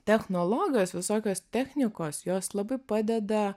technologijos visokios technikos jos labai padeda